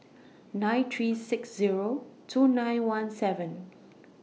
nine three six Zero two nine one seven